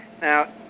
Now